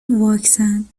واکسن